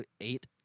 eight